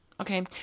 Okay